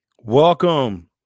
Welcome